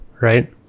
right